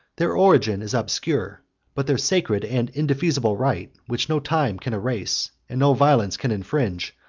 their origin is obscure but their sacred and indefeasible right, which no time can erase, and no violence can infringe,